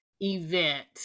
event